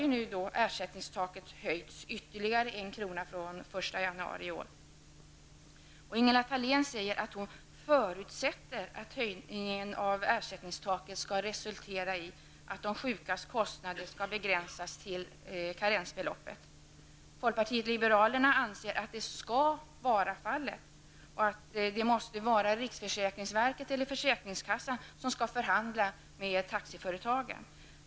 Däremot har ersättningstaket höjts med ytterligare 1 kr. från den 1 januari i år. Ingela Thalén säger att hon förutsätter att höjningen av ersättningstaket skall resultera i att de sjukas kostnader begränsas till karensbeloppet. Folkpartiet liberalerna anser att så skall vara fallet. Det måste vara riksförsäkringsverket eller försäkringskassan som skall förhandla med taxiföretagen.